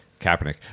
Kaepernick